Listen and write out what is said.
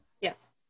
Yes